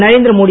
Narendra Modi